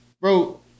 Bro